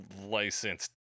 licensed